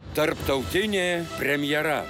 tarptautinė premjera